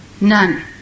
None